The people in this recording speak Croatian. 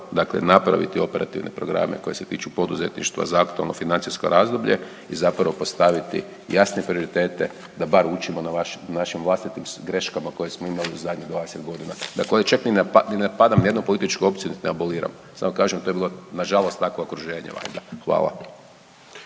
dobro napraviti operativne programe koji se tiču poduzetništva za aktualno financijsko razdoblje i zapravo postaviti jasne prioritete da bar učimo na našim vlastitim greškama koje smo imali u zadnjih 20 godina. Dakle, ovdje čak ni ne napadam nijednu političku opciju niti aboliram samo kažem to je bilo nažalost takvo okruženje valjda.